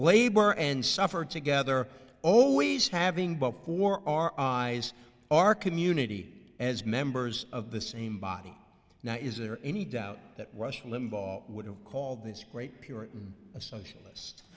labor and suffer together always having but for our eyes our community as members of the same body now is there any doubt that rush limbaugh would have called this great puritan a socialist